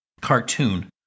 cartoon